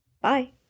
Bye